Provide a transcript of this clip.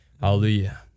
Hallelujah